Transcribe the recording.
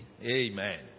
Amen